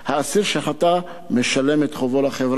האסיר שחטא משלם את חובו לחברה,